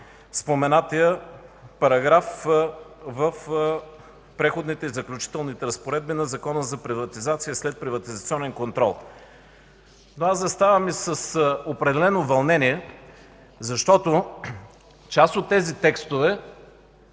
споменатия параграф в Преходните и заключителните разпоредби на Закона за приватизация и следприватизационен контрол. Но аз заставам и с определено вълнение, защото част от текстовете